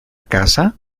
casa